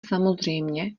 samozřejmě